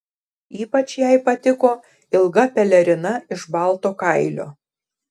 ypač jai patiko ilga pelerina iš balto kailio